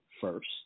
first